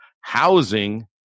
housing